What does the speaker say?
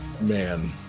Man